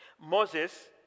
Moses